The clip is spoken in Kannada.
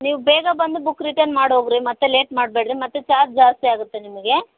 ನೀವು ಬೇಗ ಬಂದು ಬುಕ್ ರಿಟರ್ನ್ ಮಾಡಿ ಹೋಗ್ರಿ ಮತ್ತೆ ಲೇಟ್ ಮಾಡಬೇಡ್ರಿ ಮತ್ತೆ ಚಾರ್ಜ್ ಜಾಸ್ತಿ ಆಗುತ್ತೆ ನಿಮಗೆ